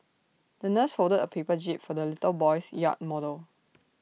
the nurse folded A paper jib for the little boy's yacht model